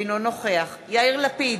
אינו נוכח יאיר לפיד,